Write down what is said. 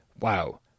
Wow